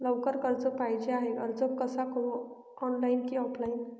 लवकर कर्ज पाहिजे आहे अर्ज कसा करु ऑनलाइन कि ऑफलाइन?